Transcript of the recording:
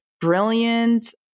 brilliant